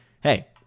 hey